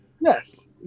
Yes